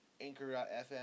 Anchor.fm